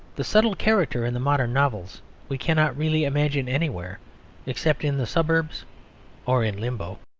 the subtle character in the modern novels we cannot really imagine anywhere except in the suburbs or in limbo.